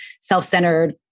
self-centered